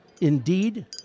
indeed